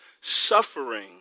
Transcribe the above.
Suffering